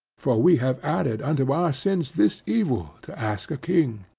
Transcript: for we have added unto our sins this evil, to ask a king.